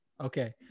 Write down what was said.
Okay